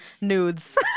nudes